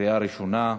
בקריאה ראשונה.